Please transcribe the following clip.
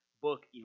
book